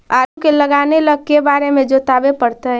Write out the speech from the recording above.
आलू के लगाने ल के बारे जोताबे पड़तै?